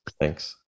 Thanks